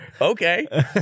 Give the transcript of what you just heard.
Okay